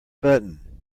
button